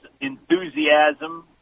Enthusiasm